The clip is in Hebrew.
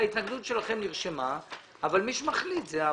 ההתנגדות שלכם נרשמה אבל מי שמחליט, זאת הוועדה.